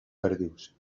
perdius